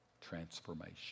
Transformation